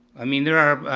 i mean there are,